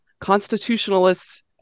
constitutionalists